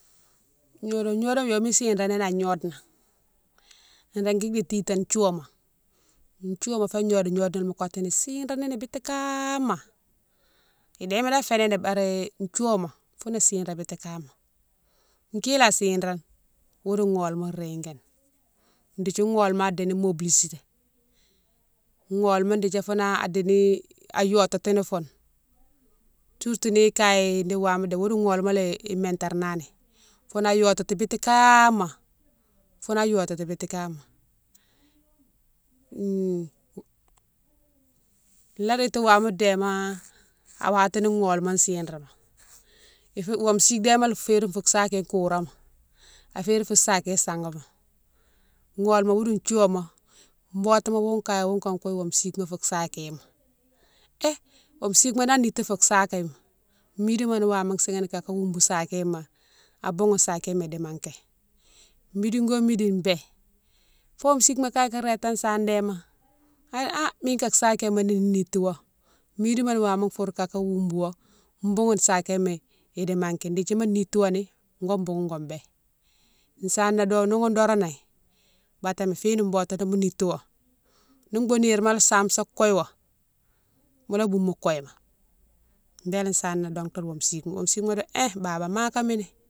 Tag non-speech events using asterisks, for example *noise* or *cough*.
Gnodone gnodoma yomé chirani an gnode na, rédui di titane thiouwama, thiouwama fé gnodone gnode na mo kotini chirani biti kaama idéma dane fénan bari thiouwama foune chiré biti kama. Iki la chiréne woudou gholma rigane, dékdi gholma adini moblisita, gholma dékdi foune adini, ayotatini foune surtout ni kaye di wame dé woudou gholma lé méternani founan ayotati biti kaama, founan yotati biti kama. *hesitation* laréti wamou déma a watini gholma chiréma, ifou, wonfou sigue déma férine fou saké kourama, aférine fou sakéne sangama, gholma oudou thiouwama botouma ghoune kaye ghoune ka kouye wonfu siguema fou sakéma hé wonfou siguema dane niti fou sakéma midima ni wama sihine kaka woubou sakéma, aboughoune sakéma idimanqué midi wo midine u'bé fo wonfou siguema kaye ka rétane sane déma adi ha mine ka sakéma ni nitiwo, midima ni wama foure kaka woubou wo boughoune sakéma idi manqué dékdi mo nitiwoni go boughoune go bé, sanan do ni ghounne doron né batémi fine botouma nimo nitigho ni boughoune nirema lé same sa kouyi wo mola bou mo kouyi ma bélé sana dongtou di wonfou siguema, wonfou siguema di hé baba makamini.